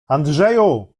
andrzeju